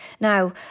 Now